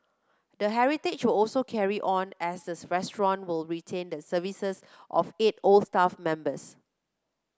the heritage will also carry on as the restaurant will retain the services of eight old staff members